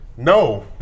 No